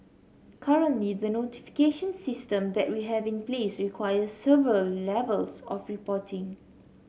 currently the notification system that we have in place requires several levels of reporting